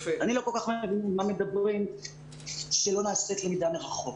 אני לא כל כך מבינה מה מדברים שלא נעשית למידה מרחוק.